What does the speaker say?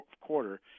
quarter